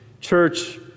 church